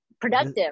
productive